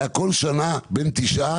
הוא היה כל שנה בין תשעה